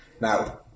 Now